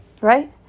right